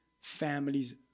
families